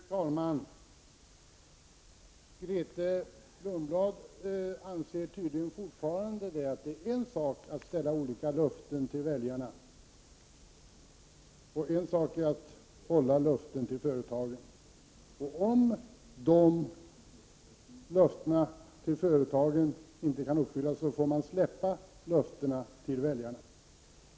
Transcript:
Fru talman! Grethe Lundblad anser tydligen fortfarande att det är en sak att avge olika löften till väljarna och en annan att hålla löften till företagen. Om löftena inte kan uppfyllas, får man svika löftena till väljarna.